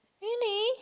really